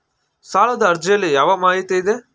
ಸಾಲದ ಅರ್ಜಿಯಲ್ಲಿ ಯಾವ ಮಾಹಿತಿ ಇದೆ?